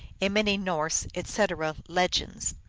in many norse, etc, legends.